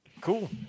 Cool